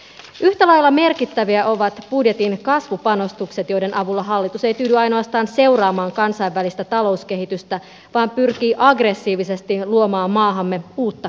yhtä lailla merkittäviä ovat budjetin kasvupanostukset joiden avulla hallitus ei tyydy ainoastaan seuraamaan kansainvälistä talouskehitystä vaan pyrkii aggressiivisesti luomaan maahamme uutta kasvua